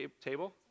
table